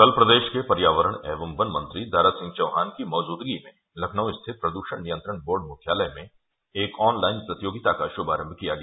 कल प्रदेश के पर्यावरण एवं वन मंत्री दारासिंह चौहान की मौजूदगी में लखनऊ स्थित प्रदूषण नियंत्रण बोर्ड मुख्यालय में एक ऑन लाइन प्रतियोगिता का शुभारम्भ किया गया